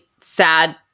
sad